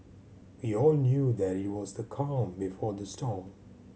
we all knew that it was the calm before the storm